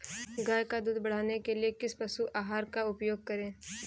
गाय का दूध बढ़ाने के लिए किस पशु आहार का उपयोग करें?